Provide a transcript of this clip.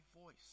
voice